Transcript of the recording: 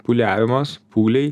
pūliavimas pūliai